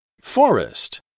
Forest